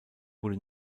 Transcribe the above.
wurde